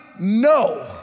no